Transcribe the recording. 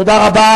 תודה רבה.